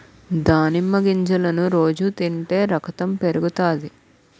దానిమ్మ గింజలను రోజు తింటే రకతం పెరుగుతాది